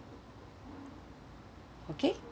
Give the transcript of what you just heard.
okay